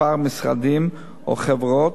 כמה משרדים או חברות.